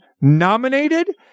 nominated